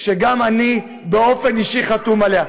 שירושלים היא בירת ישראל?